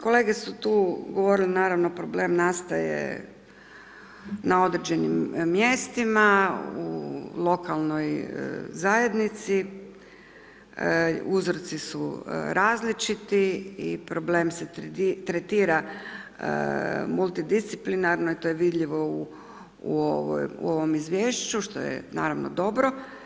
Kolege su tu govorili, naravno problem nastaje na određenim mjestima, u lokalnoj zajednici, uzroci su različiti i problem se tretira multidisciplinarano i to je vidljivo u ovom izvješću što je naravno dobro.